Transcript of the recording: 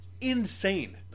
insane